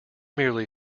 merely